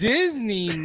Disney